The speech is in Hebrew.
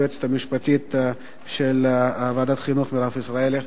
ליועצת המשפטית של ועדת החינוך מירב ישראלי.